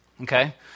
Okay